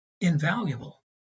invaluable